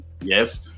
yes